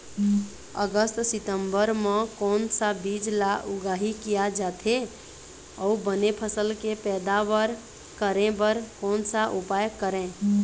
अगस्त सितंबर म कोन सा बीज ला उगाई किया जाथे, अऊ बने फसल के पैदावर करें बर कोन सा उपाय करें?